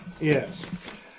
Yes